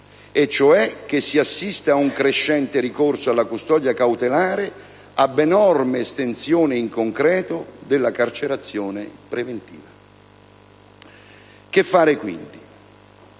e cioè che si assiste a «un crescente ricorso alla custodia cautelare, abnorme estensione in concreto della carcerazione preventiva». Che fare quindi?